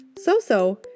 So-so